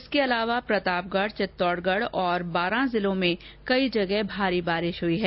इसके अलावा प्रतापगढ़ चित्तौड़गढ़ बारां में कई जगह भारी बारिश हुई है